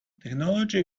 technology